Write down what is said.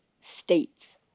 states